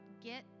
get